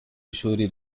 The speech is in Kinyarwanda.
ishuli